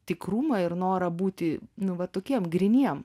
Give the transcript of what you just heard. tikrumą ir norą būti nu vat tokiem gryniem